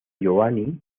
giovanni